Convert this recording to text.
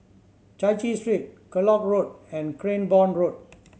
Chai Chee Street Kellock Road and Cranborne Road